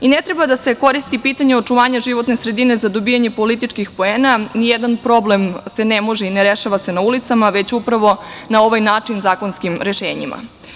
Ne treba da se koristi pitanje očuvanja životne sredine za dobijanje političkih poena, jer se ni jedan problem ne rešava na ulicama, već upravo na ovaj način, zakonskim rešenjima.